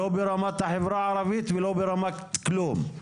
לא ברמת החברה הערבית ולא ברמת כלום.